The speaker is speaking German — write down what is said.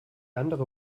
andere